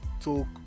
talk